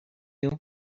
you